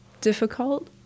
difficult